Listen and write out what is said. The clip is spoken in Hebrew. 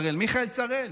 מיכאל שראל?